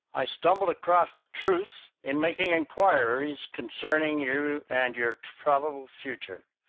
i stumbled across the truth in making inquiries concerning you and your probable future.